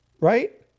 right